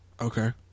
Okay